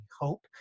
hope